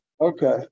Okay